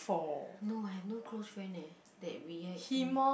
no I have no close friend eh that react to me